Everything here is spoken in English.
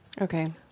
Okay